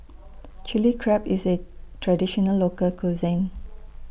Chilli Crab IS A Traditional Local Cuisine